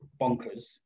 bonkers